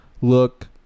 Look